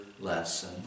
lesson